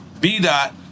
B.Dot